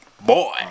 Boy